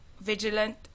vigilant